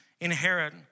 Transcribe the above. inherit